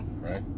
right